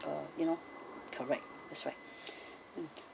uh you know correct that's right mm